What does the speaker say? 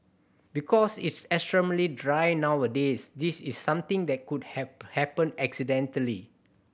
because it's extremely dry nowadays this is something that could have happened accidentally